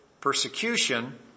Persecution